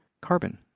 carbon